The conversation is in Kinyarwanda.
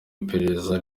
iperereza